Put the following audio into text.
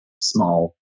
small